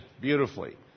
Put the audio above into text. beautifully